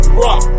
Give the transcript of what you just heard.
rock